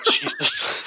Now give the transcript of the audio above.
Jesus